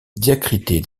diacritée